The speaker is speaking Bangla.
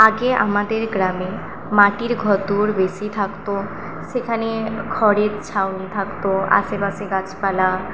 আগে আমাদের গ্রামে মাটির ঘর দুয়ার বেশি থাকতো সেখানে খড়ের ছাউনি থাকতো আশেপাশে গাছপালা